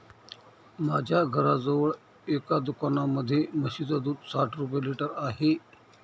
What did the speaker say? माझ्या घराजवळ एका दुकानामध्ये म्हशीचं दूध साठ रुपये लिटर आहे